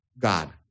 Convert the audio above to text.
God